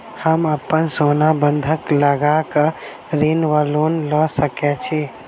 हम अप्पन सोना बंधक लगा कऽ ऋण वा लोन लऽ सकै छी?